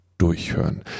durchhören